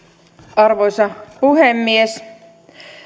arvoisa puhemies